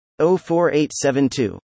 04872